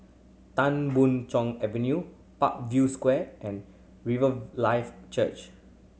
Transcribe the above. Tan Boon Chong Avenue Parkview Square and Riverlife Church